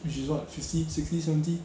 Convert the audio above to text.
which is what fifty sixty seventy